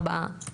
ארבעה,